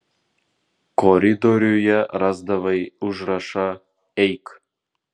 koridoriuje rasdavai užrašą eik